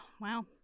Wow